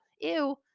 Ew